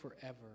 forever